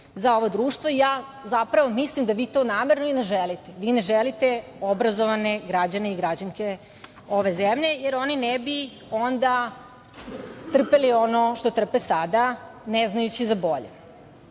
za ovo društvo i ja zapravo mislim da vi to namerno i ne želite. Ne želite obrazovane građane i građanke ove zemlje, jer oni ne bi onda trpeli ono što trpe sada ne znajući za bolje. Druga